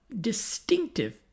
distinctive